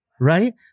Right